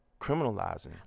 criminalizing